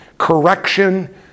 correction